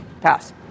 Pass